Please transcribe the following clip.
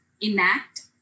enact